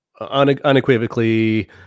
Unequivocally